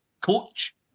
Coach